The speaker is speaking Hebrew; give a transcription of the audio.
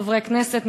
חברי כנסת,